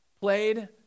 played